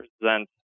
present